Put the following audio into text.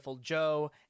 Joe